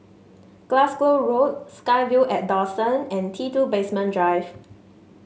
Glasgow Road SkyVille at Dawson and T two Basement Drive